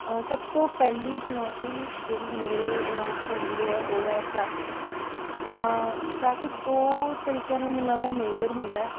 ਸਭ ਤੋਂ ਪਹਿਲੀ ਚੁਣੌਤੀ ਜਿਹੜੀ ਮੇਰੇ ਦਿਮਾਗ 'ਚ ਆਉਂਦੀ ਹੈ ਉਹ ਹੈ ਟ੍ਰੈਫਿਕ ਤਾਂ ਟ੍ਰੈਫਿਕ ਦੋ ਤਰੀਕਿਆਂ ਨਾਲ ਮੈਨੂੰ ਲੱਗਦਾ ਮੇਜਰ ਹੁੰਦਾ